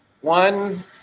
One